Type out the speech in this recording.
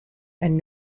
and